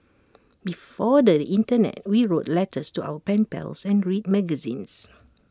before the Internet we wrote letters to our pen pals and read magazines